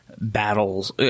Battles